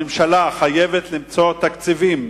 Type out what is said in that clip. הממשלה חייבת למצוא תקציבים,